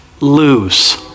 lose